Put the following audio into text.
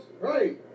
Right